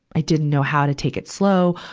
i didn't know how to take it slow.